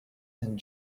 and